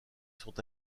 sont